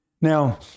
Now